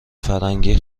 فرنگی